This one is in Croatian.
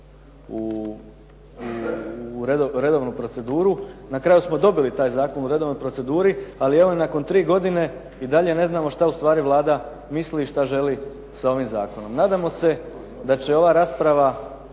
u redovnu proceduru. Na kraju smo dobili taj zakon u redovnoj proceduri, ali evo nakon tri godine i dalje ne znamo što u stvari Vlada misli i što želi s ovim zakonom. Nadamo se da će ova rasprava